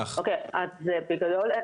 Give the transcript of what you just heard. בגדול,